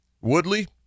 Woodley